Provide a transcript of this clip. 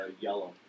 yellow